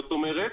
זאת אומרת,